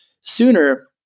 sooner